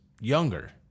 younger